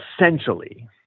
essentially